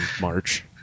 March